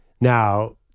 Now